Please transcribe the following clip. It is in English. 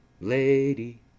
lady